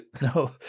No